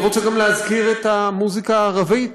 אני רוצה גם להזכיר את המוזיקה הערבית.